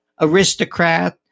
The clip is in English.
aristocrat